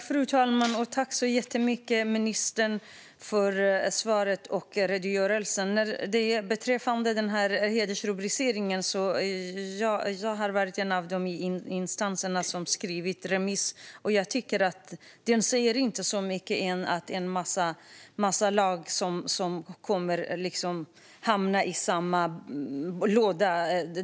Fru talman! Tack så jättemycket, ministern, för svaret och redogörelsen! Beträffande hedersrubriceringen har jag varit en av instanserna som har skrivit remissvar. Det säger inte så mycket att det är en mängd lagstiftning som kommer att samlas i samma låda.